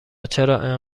چرا